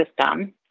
system